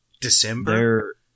December